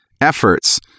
efforts